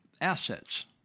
assets